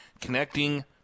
connecting